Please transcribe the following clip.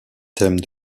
thème